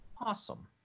Awesome